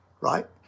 right